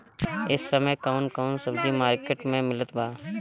इह समय कउन कउन सब्जी मर्केट में मिलत बा?